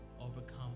overcome